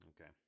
Okay